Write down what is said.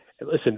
listen